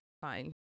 fine